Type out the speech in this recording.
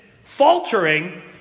faltering